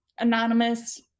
Anonymous